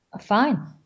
fine